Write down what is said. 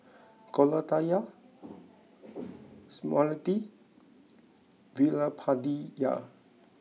Koratala Smriti Veerapandiya